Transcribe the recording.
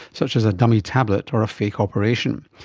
such as a dummy tablet or a fake operation.